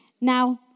Now